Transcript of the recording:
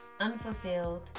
unfulfilled